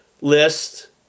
list